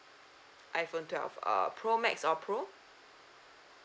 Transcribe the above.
iPhone twelve uh pro max or pro